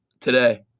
today